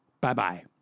Bye-bye